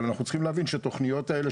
אבל אנחנו צריכים להבין שהתכניות האלה,